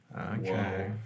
Okay